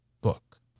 book